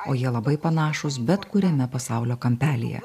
o jie labai panašūs bet kuriame pasaulio kampelyje